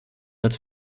als